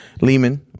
Lehman